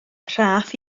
rhaff